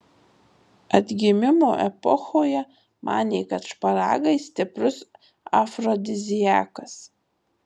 atgimimo epochoje manė kad šparagai stiprus afrodiziakas